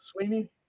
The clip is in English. Sweeney